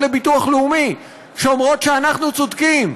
לביטוח לאומי שאומרות שאנחנו צודקים,